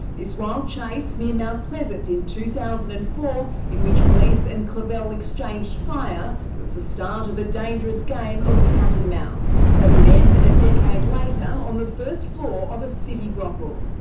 this wild chase in mount pleasant in two thousand and four in which police and clavell exchanged fire was the start of a dangerous game of cat and mouse that would end a decade later on the first floor of a city brothel.